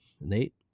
Nate